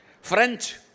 French